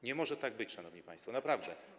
Nie może tak być, szanowni państwo, naprawdę.